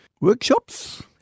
workshops